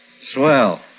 Swell